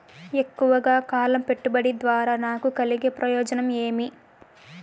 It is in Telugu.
ఎక్కువగా కాలం పెట్టుబడి ద్వారా నాకు కలిగే ప్రయోజనం ఏమి?